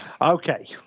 Okay